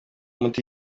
umuti